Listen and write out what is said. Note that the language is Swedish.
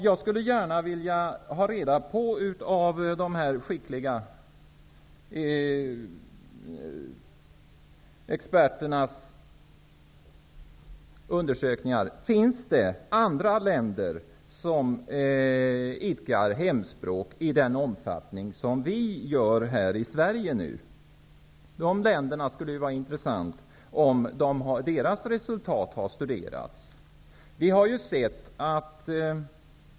Jag skulle vilja ha reda på, från de skickliga experternas undersökningar: Finns det andra länder där man bedriver hemspråksundervisning i den omfattning som vi gör här i Sverige nu? Det skulle vara intressant att höra om deras resultat har studerats.